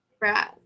Right